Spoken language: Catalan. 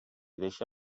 deixa